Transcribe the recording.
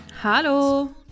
Hallo